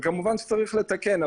כמובן שצריך לתקן.